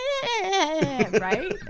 Right